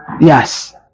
Yes